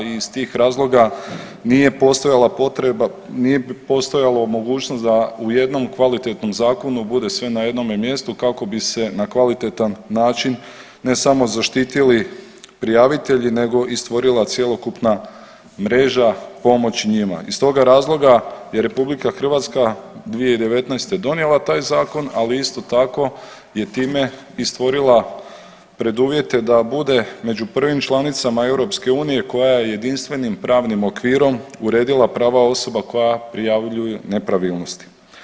I iz tih razloga nije postojala potreba, nije postojala mogućnost da u jednom kvalitetnom zakonu bude sve na jednome mjestu kako bi se na kvalitetan način ne samo zaštitili prijavitelji, nego i stvorila cjelokupna mreža pomoći njima i stoga razloga je RH 2019. donijela taj zakon, ali isto tako je time i stvorila preduvjete da bude među prvim članicama EU koja je jedinstvenim pravnim okvirom uredila prava osoba koja prijavljuju nepravilnosti.